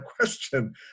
question